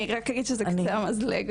אני רק אגיד שזה על קצה המזלג.